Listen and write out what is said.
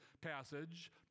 passage